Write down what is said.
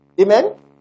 Amen